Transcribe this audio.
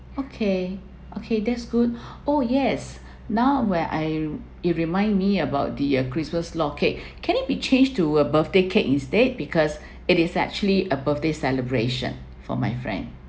okay okay that's good oh yes now where I it remind me about the uh christmas log cake can it be changed to a birthday cake instead because it is actually a birthday celebration for my friend